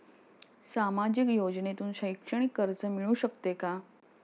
सामाजिक योजनेतून शैक्षणिक कर्ज मिळू शकते का?